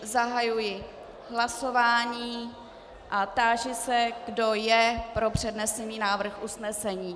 Zahajuji hlasování a táži se, kdo je pro přednesený návrh usnesení.